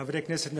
חברי כנסת נכבדים,